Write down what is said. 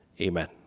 Amen